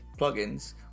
plugins